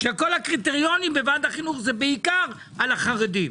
כשכל הקריטריונים בוועד החינוך זה בעיקר על החרדים.